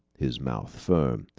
his mouth firm,